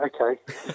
okay